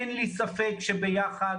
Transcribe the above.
אין לי ספק שביחד,